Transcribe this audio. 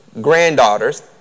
granddaughters